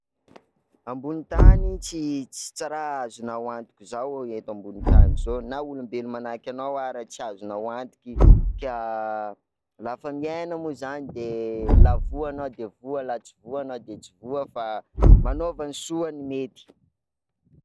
Ambonin'tany tsi tsi- tsa raha azonao antoky zao eto ambon'tany zao, na olombelo manahaky anao ara tsy azonao antoky, ka la fa miaina mo zany de la voa anao de voa de la tsy voa anao de tsy voa fa manaova ny soa no mety.